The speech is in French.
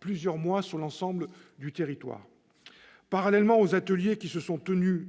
plusieurs mois sur l'ensemble du territoire. Parallèlement aux ateliers qui se sont tenus,